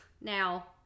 Now